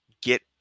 get